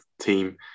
team